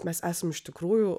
mes esam iš tikrųjų